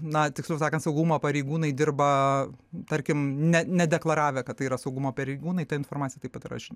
na tiksliau sakant saugumo pareigūnai dirba tarkim ne nedeklaravę kad tai yra saugumo pareigūnai ta informacija taip pat yra žinoma